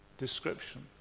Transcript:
description